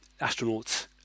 astronauts